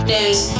News